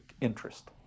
interest